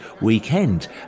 weekend